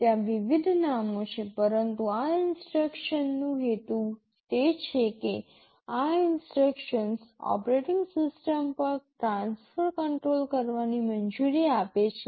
ત્યાં વિવિધ નામો છે પરંતુ આ ઇન્સટ્રક્શનનો હેતુ તે છે કે આ ઇન્સટ્રક્શન્સ ઓપરેટિંગ સિસ્ટમ પર ટ્રાન્સફર કંટ્રોલ કરવાની મંજૂરી આપે છે